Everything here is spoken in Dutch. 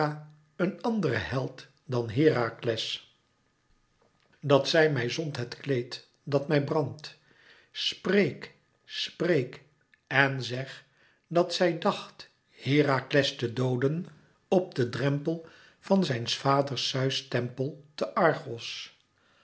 een anderen held dan herakles dat zij mij zond het kleed dat mij brandt spreek spreek en zeg dat zij dacht herakles te dooden op den drempel van zijns vaders zeus tempel te argos